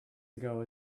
ago